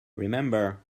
remember